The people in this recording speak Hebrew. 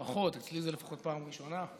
ברכות, אצלי זו לפחות פעם ראשונה.